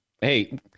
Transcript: hey